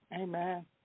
Amen